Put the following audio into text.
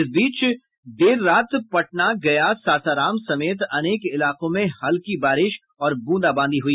इस बीच देर रात पटना गया सासाराम समेत अनेक इलाकों में हल्की बारिश और बूंदाबांदी हुई